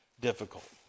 difficult